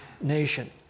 nation